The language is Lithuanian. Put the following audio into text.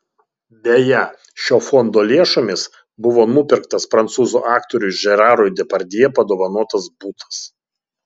beje šio fondo lėšomis buvo nupirktas prancūzų aktoriui žerarui depardjė padovanotas butas